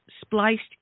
spliced